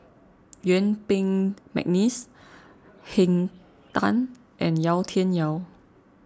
Yuen Peng McNeice Henn Tan and Yau Tian Yau